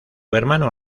hermano